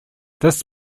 this